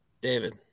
David